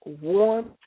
warmth